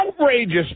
outrageous